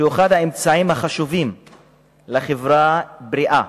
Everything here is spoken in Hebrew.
שהוא אחד האמצעים החשובים לחברה בריאה